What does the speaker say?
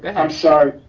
and sorry,